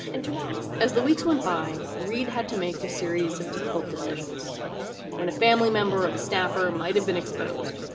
and tomorrow, but as the weeks went by, reid had to make a series of difficult decisions when a family member of a staffer might have been exposed,